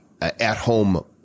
at-home